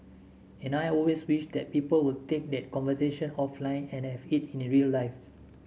and I always wish that people would take that conversation offline and have it in real life